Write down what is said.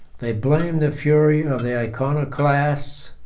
they blamed the fury of the iconoclasts,